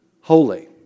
holy